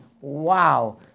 wow